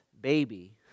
baby